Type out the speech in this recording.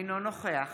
אינו נוכח